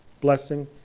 blessing